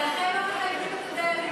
לכן לא מחייבים את הדיינים יותר,